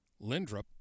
Lindrup